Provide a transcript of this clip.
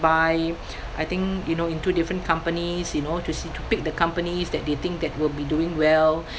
buy I think you know into different companies you know to see to pick the companies that they think that will be doing well